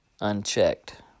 unchecked